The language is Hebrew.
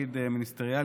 תפקיד מיניסטריאלי,